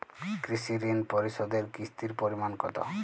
কৃষি ঋণ পরিশোধের কিস্তির পরিমাণ কতো?